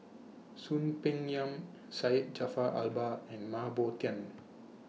Soon Peng Yam Syed Jaafar Albar and Mah Bow Tan